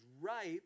ripe